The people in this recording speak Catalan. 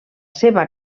seva